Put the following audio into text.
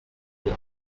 vrai